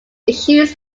issues